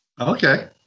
Okay